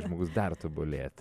žmogus dar tobulėti